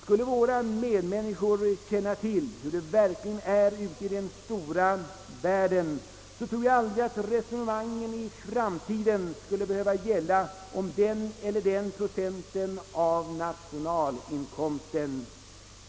Skulle våra medmänniskor känna till hur det verkligen är ute i den stora världen, tror jag aldrig, att resonemangen i framtiden skulle behöva gälla om den eller den procenten av nationalinkomsten.